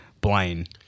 Blaine